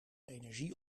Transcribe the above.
energie